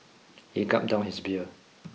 he gulped down his beer